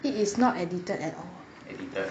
it is not edited at all